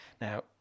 Now